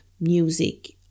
music